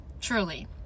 Truly